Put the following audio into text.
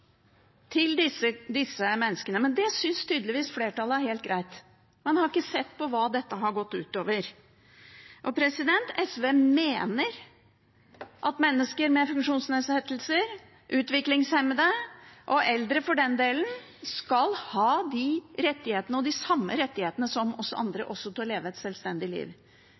til disse menneskene, men det synes tydeligvis flertallet er helt greit. Man har ikke sett på hva dette har gått ut over. SV mener at mennesker med funksjonsnedsettelser, utviklingshemmede – og eldre for den del – skal ha de samme rettighetene som oss andre til å leve et sjølstendig liv.